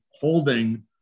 holding